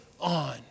on